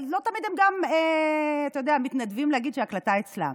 לא תמיד הם מתנדבים להגיד שההקלטה אצלם.